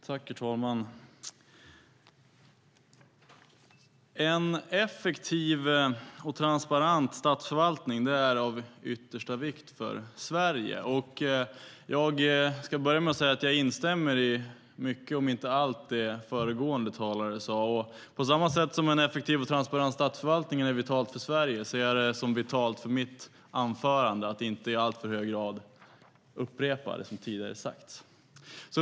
Herr talman! En effektiv och transparent statsförvaltning är av yttersta vikt för Sverige. Jag ska börja med att säga att jag instämmer i mycket, om inte allt, av det föregående talare sade. På samma sätt som en effektiv och transparent statsförvaltning är vital för Sverige ser jag det som vitalt för mitt anförande att jag inte i alltför hög grad upprepar vad som tidigare sagts.